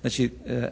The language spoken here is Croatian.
Znači,